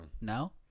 No